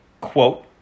quote